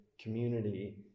community